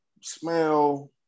smell